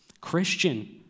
Christian